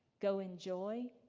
go in joy,